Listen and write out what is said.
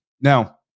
now